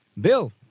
Bill